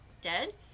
dead